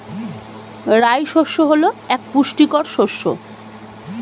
রাই শস্য হল এক পুষ্টিকর শস্য